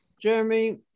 Jeremy